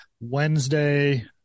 Wednesday